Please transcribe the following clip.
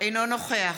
אינו נוכח